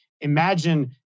imagine